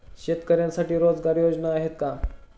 शेतकऱ्यांसाठी रोजगार योजना आहेत का?